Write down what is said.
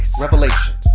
revelations